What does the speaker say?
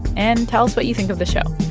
and tell us what you think of the show.